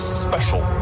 special